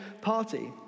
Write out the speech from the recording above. party